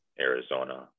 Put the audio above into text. Arizona